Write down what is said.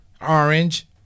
orange